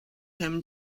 him